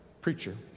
preacher